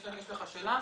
יש לך שאלה?